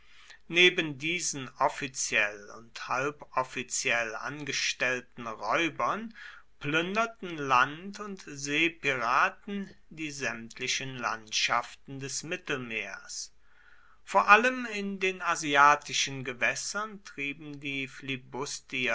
neben diesen offiziell und halboffiziell angestellten räubern plünderten land und seepiraten die sämtlichen landschaften des mittelmeers vor allem in den asiatischen gewässern trieben die